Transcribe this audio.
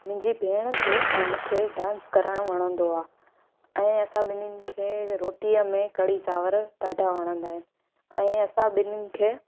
मुंहिंजी भेण खे ऐं मूंखे डांस करणु वणंदो आहे ऐं असां ॿिन्हिनि खे रोटीअ में कड़ी चांवर ॾाढा वणंदा आहिनि ऐं असां ॿिन्हिनि खे